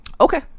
Okay